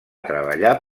treballar